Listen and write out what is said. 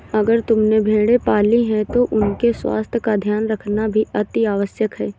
अगर तुमने भेड़ें पाली हैं तो उनके स्वास्थ्य का ध्यान रखना भी अतिआवश्यक है